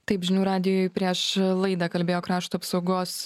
taip žinių radijui prieš laidą kalbėjo krašto apsaugos